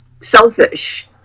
selfish